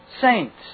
saints